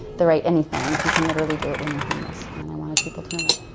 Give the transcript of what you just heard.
the right anything. you can literally do it when you're homeless and i wanted people to know that.